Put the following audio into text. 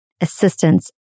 assistance